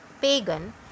pagan